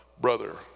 brother